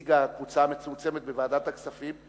נציג הקבוצה המצומצמת בוועדת הכספים,